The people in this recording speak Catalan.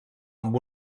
amb